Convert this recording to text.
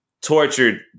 tortured